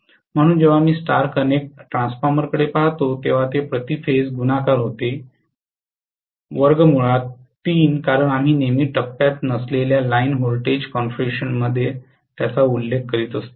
म्हणून जेव्हा मी स्टार कनेक्ट ट्रान्सफॉर्मरकडे पहातो तेव्हा ते प्रति फेज गुणाकार होते कारण आम्ही नेहमी टप्प्यात नसलेल्या लाइन व्होल्टेज कॉन्फिगरेशनमध्ये त्याचा उल्लेख करतो